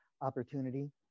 opportunity